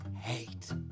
hate